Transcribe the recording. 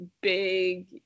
big